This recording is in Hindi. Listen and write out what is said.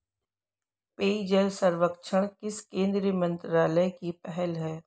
पेयजल सर्वेक्षण किस केंद्रीय मंत्रालय की पहल है?